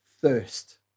thirst